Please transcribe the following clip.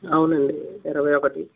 అవునండి ఇరవై ఒకటి